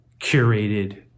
Curated